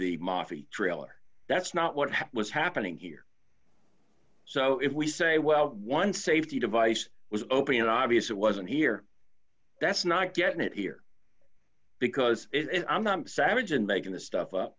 the mafia trailer that's not what was happening here so if we say well one safety device was open and obvious it wasn't here that's not getting it here because i'm not savage in making this stuff up